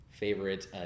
favorite